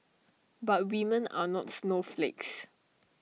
but women are not snowflakes